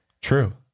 True